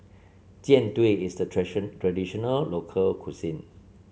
Jian Dui is a traditional local cuisine